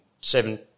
seven